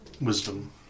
Wisdom